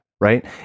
right